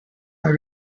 are